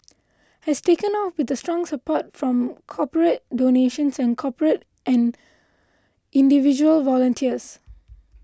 has taken off with the strong support from corporate donations and corporate and individual volunteers